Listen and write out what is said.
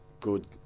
good